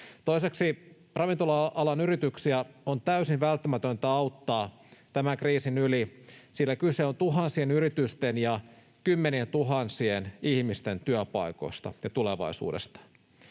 Toiseksi, ravintola-alan yrityksiä on täysin välttämätöntä auttaa tämän kriisin yli, sillä kyse on tuhansien yritysten ja kymmenientuhansien ihmisten työpaikoista ja tulevaisuudesta.